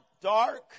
dark